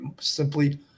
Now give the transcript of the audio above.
simply